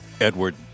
Edward